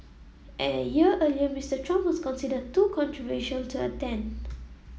a year earlier Mister Trump was considered too controversial to attend